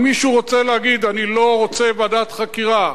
אם מישהו רוצה להגיד: אני לא רוצה ועדת חקירה,